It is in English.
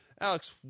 Alex